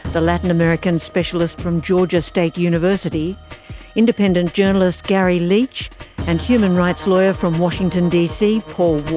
the latin american specialist from georgia state university independent journalist garry leech and human rights lawyer from washington dc, paul wolf.